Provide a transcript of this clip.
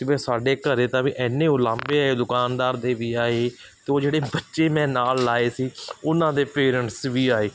ਜਿਵੇਂ ਸਾਡੇ ਘਰ ਤਾਂ ਵੀ ਇੰਨੇ ਉਲਾਂਭੇ ਆਏ ਦੁਕਾਨਦਾਰ ਦੇ ਵੀ ਆਏ ਅਤੇ ਉਹ ਜਿਹੜੇ ਬੱਚੇ ਮੈਂ ਨਾਲ ਲਾਏ ਸੀ ਉਹਨਾਂ ਦੇ ਪੇਰੈਂਟਸ ਵੀ ਆਏ